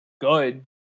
good